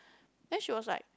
then she was like